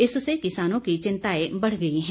इससे किसानों क चिंताएं बढ़ गई हैं